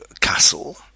castle